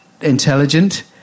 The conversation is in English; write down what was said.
intelligent